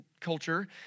culture